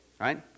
right